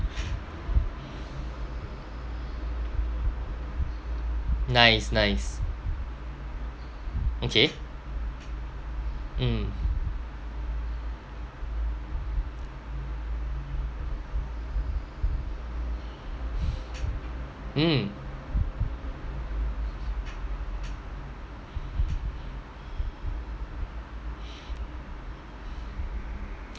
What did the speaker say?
nice nice okay mm mm